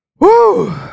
Woo